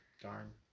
Darn